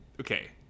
okay